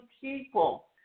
people